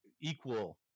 equal